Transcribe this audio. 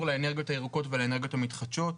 לאנרגיות הירוקות ולאנרגיות המתחדשות,